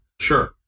Sure